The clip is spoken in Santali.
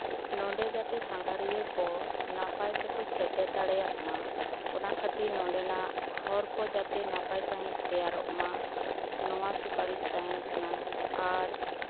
ᱱᱚᱸᱰᱮ ᱡᱟᱛᱮ ᱥᱟᱸᱜᱷᱟᱨᱤᱭᱟᱹ ᱠᱚ ᱱᱟᱯᱟᱭ ᱛᱮᱠᱚ ᱥᱮᱴᱮᱨ ᱫᱟᱲᱮᱭᱟᱜ ᱢᱟ ᱚᱱᱟ ᱠᱷᱟᱹᱛᱤᱨ ᱱᱚᱸᱰᱮᱱᱟᱜ ᱦᱚᱨ ᱠᱚ ᱡᱟᱛᱮ ᱱᱟᱯᱟᱭ ᱥᱟᱺᱦᱤᱡ ᱛᱮᱭᱟᱨᱚᱜ ᱢᱟ ᱱᱚᱣᱟ ᱥᱩᱯᱟᱨᱤᱥ ᱛᱟᱦᱮᱱ ᱠᱟᱱᱟ ᱟᱨ